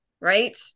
Right